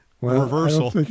Reversal